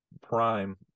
prime